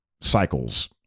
cycles